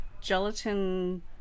gelatin